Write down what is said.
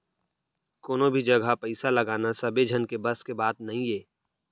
कोनो भी जघा पइसा लगाना सबे झन के बस के बात नइये